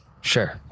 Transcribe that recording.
Sure